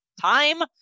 time